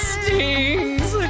stings